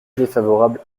défavorable